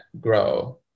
grow